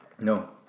No